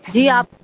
جی آپ